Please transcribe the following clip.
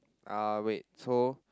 uh wait so